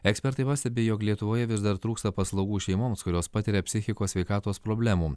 ekspertai pastebi jog lietuvoje vis dar trūksta paslaugų šeimoms kurios patiria psichikos sveikatos problemų